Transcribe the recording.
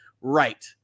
Right